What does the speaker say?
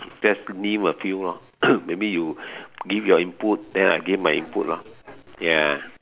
just name a few lor maybe you give your input then I give my input lor ya